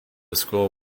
school